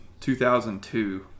2002